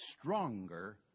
stronger